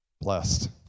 Blessed